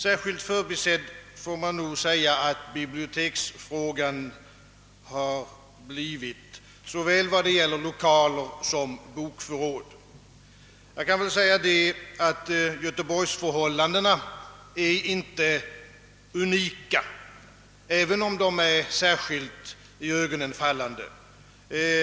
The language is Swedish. Särskilt förbisedd måste man nog säga att biblioteksfrågan har blivit, såväl när det gäller lokaler som bokförråd. Göteborgsförhållandena är inte unika, även om de är särskilt iögonfallande.